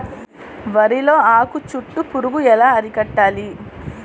వరిలో ఆకు చుట్టూ పురుగు ఎలా అరికట్టాలి?